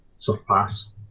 surpassed